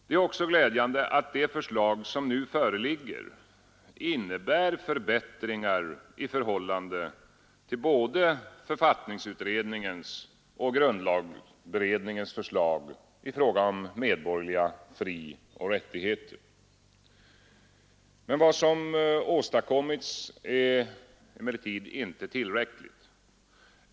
Det är också glädjande att det förslag, som nu föreligger, innebär förbättringar i förhållande till både författningsutredningens och grundlagberedningens förslag i fråga om medborgerliga frioch rättigheter. Vad som åstadkommits är emellertid inte tillräckligt.